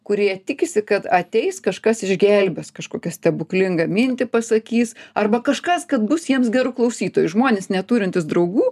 kurie tikisi kad ateis kažkas išgelbės kažkokią stebuklingą mintį pasakys arba kažkas kad bus jiems geru klausytoju žmonės neturintys draugų